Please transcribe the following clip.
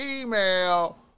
email